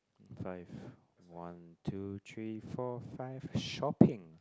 five one two three four five shopping